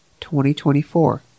2024